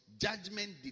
judgment